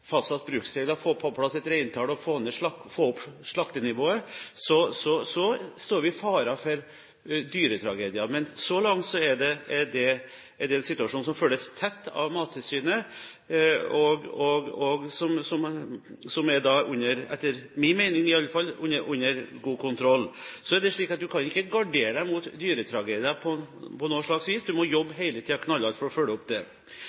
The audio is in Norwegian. fastsatt bruksregler, få på plass et reintall og få opp slaktenivået – står vi i fare for å få dyretragedier. Men så langt er det en situasjon som følges tett av Mattilsynet, og som, etter min mening i alle fall, er under god kontroll. En kan ikke gardere seg mot dyretragedier på noe slags vis. En må hele tiden jobbe knallhardt for å følge opp det.